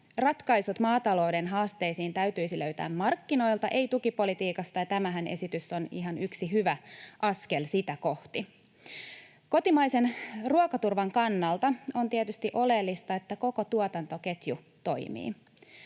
ratkaisut maatalouden haasteisiin täytyisi löytää markkinoilta, ei tukipolitiikasta. Tämä esityshän on yksi ihan hyvä askel sitä kohti. Kotimaisen ruokaturvan kannalta on tietysti oleellista, että koko tuotantoketju toimii.